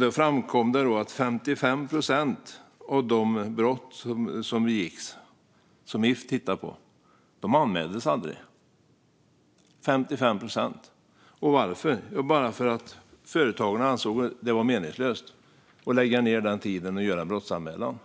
Det framkommer då att av de brott som If tittade på var det 55 procent som aldrig anmäldes - 55 procent! Varför? Jo, för att företagarna ansåg att det var meningslöst att lägga tid på att göra en brottsanmälan.